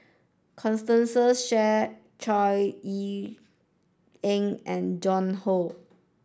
Constance Shear Chor Yeok Eng and Joan Hon